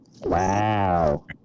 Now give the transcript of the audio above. Wow